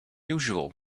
usual